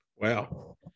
Wow